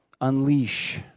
unleash